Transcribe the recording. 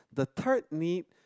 the third need